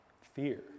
Fear